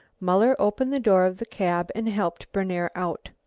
muller opened the door of the cab and helped berner out.